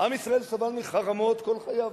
סבל מחרמות כל חייו.